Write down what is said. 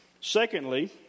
Secondly